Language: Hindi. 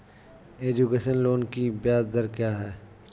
एजुकेशन लोन की ब्याज दर क्या है?